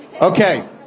Okay